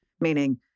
Meaning